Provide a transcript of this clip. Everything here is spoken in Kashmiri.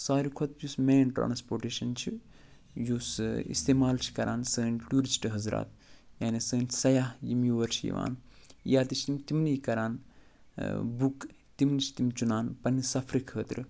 سارِوی کھۄتہٕ یُس مین ٹرانپوٹیشَن چھُ یُس اِستعمال چھِ کران سٲنۍ ٹوٗرِسٹ حضرات یعنی سٲنۍ سیاح یِم یور چھِ یِوان یا تہِ چھِ تِم تٔمنٕے کران بُک تِم چھِ تِم چُنان پَنٛنہِ سفرٕ خٲطرٕ